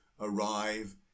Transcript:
arrive